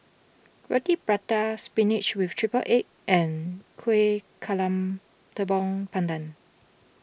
Roti Prata Spinach with Triple Egg and Kueh Talam Tepong Pandan